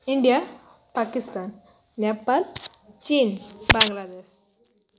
India Pakistan Nepal ଚୀନ ବାଂଲାଦେଶ